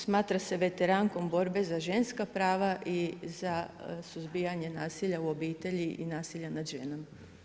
Smatra se veterankom borbe za ženska prava i za suzbijanje nasilja u obitelji i nasilja nad ženama.